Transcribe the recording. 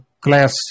class